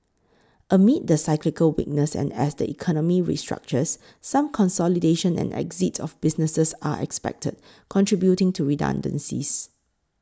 amid the cyclical weakness and as the economy restructures some consolidation and exit of businesses are expected contributing to redundancies